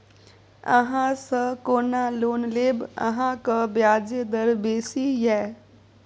अहाँसँ कोना लोन लेब अहाँक ब्याजे दर बेसी यै